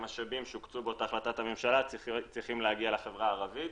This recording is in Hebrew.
מהמשאבים שיוקצו באותה החלטת המשלה צריכים להגיע לחברה הערבית,